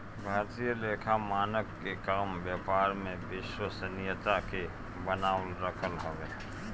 भारतीय लेखा मानक के काम व्यापार में विश्वसनीयता के बनावल रखल हवे